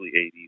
80s